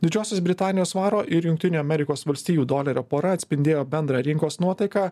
didžiosios britanijos svaro ir jungtinių amerikos valstijų dolerio pora atspindėjo bendrą rinkos nuotaiką